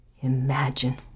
Imagine